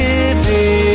Living